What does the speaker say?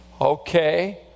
Okay